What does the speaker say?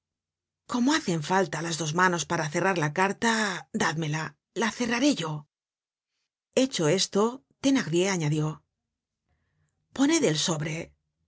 como hacen falta las dos manos para cerrar la carta dádmela la cerraré yo hecho esto thenardier añadió poned el sobre